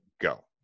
go